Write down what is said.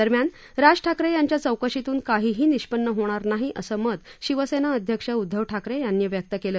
दरम्यान राज ठाकरे यांच्या चौकशीतून काहीही निष्पन्न होणार नाही असं मत शिवसेना अध्यक्ष उद्घव ठाकरे यांनी व्यक्त केलं